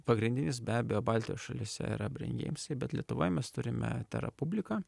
pagrindinis be abejo baltijos šalyse yra breingeimsai bet lietuvoje mes turime tera publika